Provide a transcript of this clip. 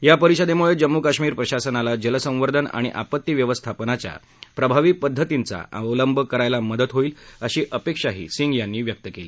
यापरिषदेमुळे जम्मू काश्मीर प्रशासनाला जलसंवर्धन आणि आपत्ती व्यवस्थापनाच्या प्रभावी पद्धतींचा अवलंब करायला मदत होईल अशी अपेक्षाही सिंग यांनी व्यक्त केली